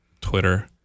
Twitter